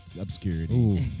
obscurity